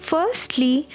Firstly